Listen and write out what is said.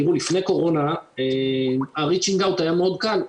תראו, לפני קורונה ה- reaching outהיה מאוד קל.